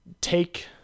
take